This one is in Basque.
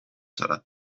zara